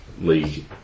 League